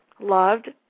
loved